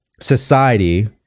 society